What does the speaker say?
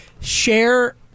share